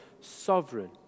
sovereign